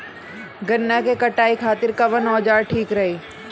गन्ना के कटाई खातिर कवन औजार ठीक रही?